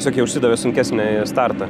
tiesiog jie užsideda sunkesnę startą